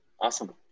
awesome